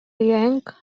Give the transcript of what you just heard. jęk